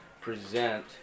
present